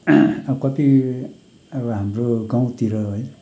अब कति अब हाम्रो गाउँतिर है